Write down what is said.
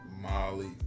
Molly